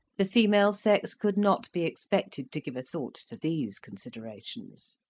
the female sex could not be expected to give a thought to these considerations.